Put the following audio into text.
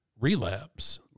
relapse